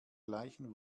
gleichen